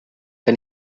que